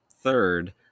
third